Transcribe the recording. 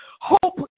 Hope